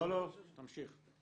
לא, תמשיך.